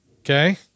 okay